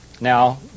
Now